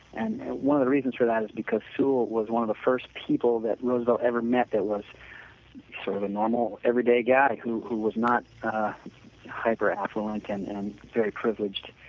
and one of the reasons for that is because sewall was one of the first people that roosevelt ever met that was sort of normal, everyday guy who who was not hyper affluent like and and very privileged.